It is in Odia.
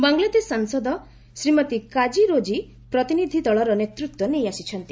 ବାଂଲାଦେଶ ସାଂସଦ ଶ୍ରୀମତୀ କାଜି ରୋଜି ପ୍ରତିନିଧି ଦଳର ନେତୃତ୍ୱ ନେଇ ଆସିଛନ୍ତି